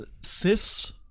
cis